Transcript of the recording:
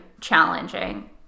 challenging